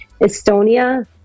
Estonia